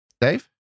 Dave